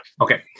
Okay